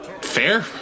fair